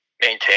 maintain